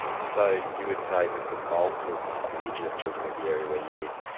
so you would say that the bulk of indigenous children in the area where you live,